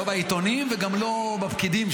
לא בעיתונים וגם לא בפקידים,